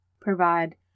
provide